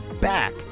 back